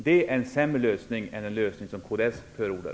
Detta är en lösning som är sämre än den som kds förordar.